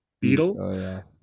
Beetle